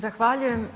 Zahvaljujem.